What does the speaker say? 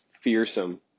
fearsome